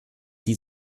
die